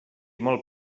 molt